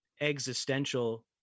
existential